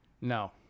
No